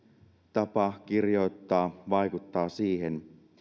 tapa kirjoittaa vaikuttaa siihen